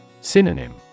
Synonym